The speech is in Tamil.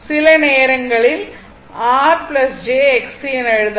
சில நேரங்களில் R j Xc என எழுதலாம்